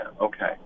okay